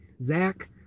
zach